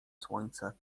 słońce